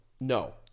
No